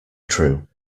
true